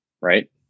Right